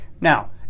Now